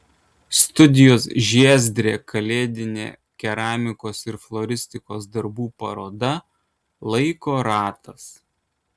studijos žiezdrė kalėdinė keramikos ir floristikos darbų paroda laiko ratas